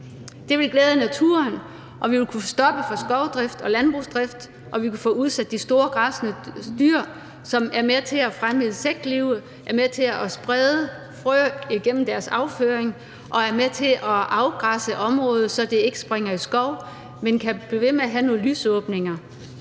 Det vil glæde naturen, og vi vil stoppe for skovdrift og landbrugsdrift, og vi kan få udsat de store græssende dyr, som er med til at fremme insektlivet, som er med til at sprede frø igennem deres afføring, og som er med til at afgræsse området, så det ikke springer i skov, men det kan blive ved med at have nogle lysåbninger.